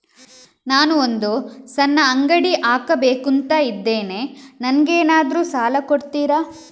ನಾನು ಒಂದು ಸಣ್ಣ ಅಂಗಡಿ ಹಾಕಬೇಕುಂತ ಇದ್ದೇನೆ ನಂಗೇನಾದ್ರು ಸಾಲ ಕೊಡ್ತೀರಾ?